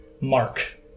mark